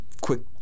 quick